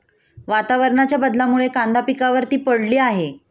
वातावरणाच्या बदलामुळे कांदा पिकावर ती पडली आहे